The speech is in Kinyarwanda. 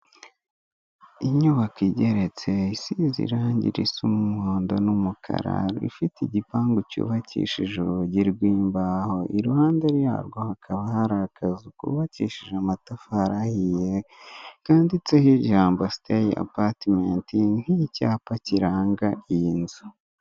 Inyubako igeretse isize irang risa umuhondo n'umukara ifite igipangu cyubakishije urugi rw'imbaho, iruhande yarwo hakaba hari akazu kubakishije amatafari ahiye kanditseho ijambo siteyi apatimenti nk'icyapa kiranga iyi nzu.